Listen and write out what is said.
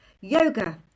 yoga